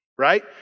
Right